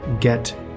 get